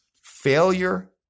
Failure